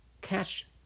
catch